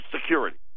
security